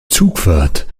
zugfahrt